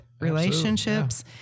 relationships